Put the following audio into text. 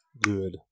Good